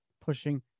pushing